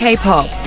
K-pop